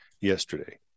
yesterday